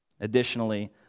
Additionally